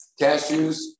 cashews